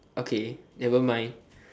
okay nevermind